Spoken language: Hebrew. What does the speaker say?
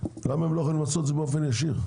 למה הם לא יכולים לעשות את זה באופן ישיר?